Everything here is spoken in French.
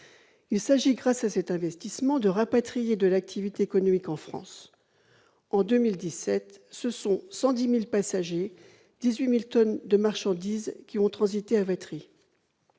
Il s'agit, grâce à cet investissement, de rapatrier de l'activité économique en France. En 2017, ce sont 110 000 passagers et 18 000 tonnes de marchandises qui ont transité à Vatry.